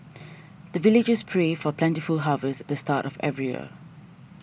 the villagers pray for plentiful harvest at the start of every year